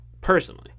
personally